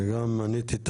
וגם מניתי את